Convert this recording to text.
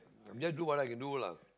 just do what I can do lah